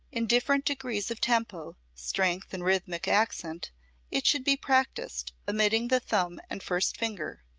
in different degrees of tempo, strength and rhythmic accent it should be practised, omitting the thumb and first finger.